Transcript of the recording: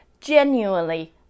genuinely